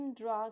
drug